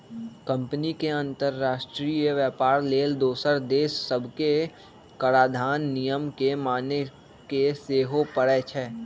company के अंतरराष्ट्रीय व्यापार लेल दोसर देश सभके कराधान नियम के माने के सेहो परै छै